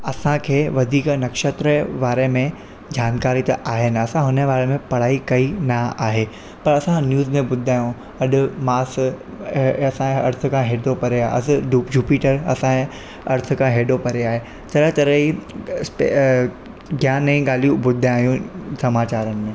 असांखे वधीक नक्षत्र वारे में जानकारी त आहे न असां हुन बारे में पढ़ाई कई न आहे पर असां न्यूज़ में ॿुधंदा आहियूं अॼु मास अ असांजे अर्थ खां एतिरो परे आहे अॼु जु जुपीटर असांजे अर्थ खां एॾो परे आहे तराहं तराहं जी ज्ञान जी ॻाल्हियूं ॿुधंदा आहियूं समाचारनि में